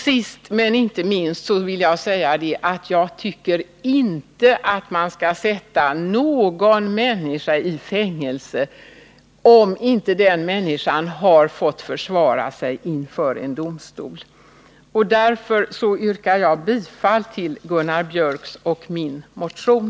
Sist men inte minst vill jag säga att jag inte tycker att man skall sätta någon människa i fängelse, om inte den människan har fått försvara sig inför en domstol. Därför yrkar jag bifall till Gunnar Biörcks och min motion.